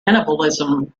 cannibalism